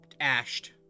ashed